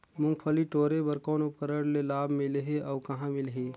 मुंगफली टोरे बर कौन उपकरण ले लाभ मिलही अउ कहाँ मिलही?